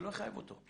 משרד החינוך,